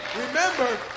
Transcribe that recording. Remember